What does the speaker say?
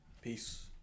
Peace